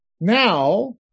Now